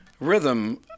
Rhythm